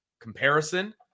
comparison